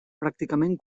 pràcticament